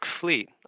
fleet